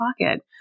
pocket